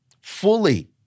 fully